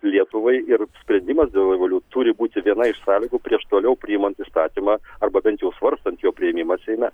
lietuvai ir sprendimas dėl revolut turi būt viena iš sąlygų prieš toliau priimant įstatymą arba bent jau svarstant jo priėmimą seime